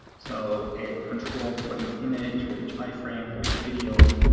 so it controls for each image, for each i-frame, for each video.